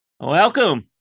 Welcome